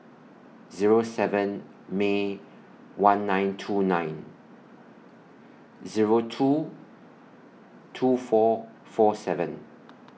Zero seven May one nine two nine Zero two two four four seven